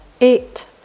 eight